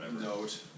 note